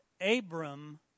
Abram